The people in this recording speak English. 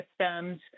systems